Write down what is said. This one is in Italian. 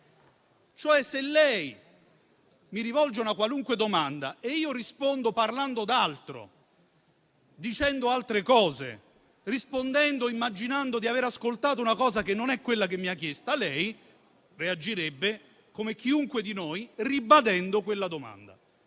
se lei mi rivolge una qualunque domanda e io rispondo parlando d'altro, immaginando di aver ascoltato una cosa che non è quella che mi ha chiesto, lei reagirebbe come chiunque di noi, ribadendo quella domanda.